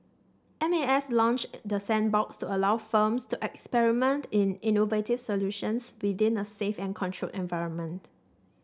M A S launched the sandbox to allow firms to experiment in innovative solutions within a safe and controlled environment